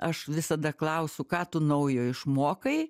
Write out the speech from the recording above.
aš visada klausiu ką tu naujo išmokai